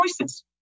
choices